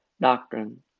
Doctrine